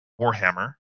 Warhammer